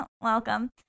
Welcome